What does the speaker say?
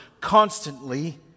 constantly